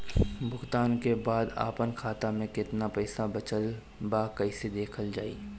भुगतान के बाद आपन खाता में केतना पैसा बचल ब कइसे देखल जाइ?